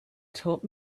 taught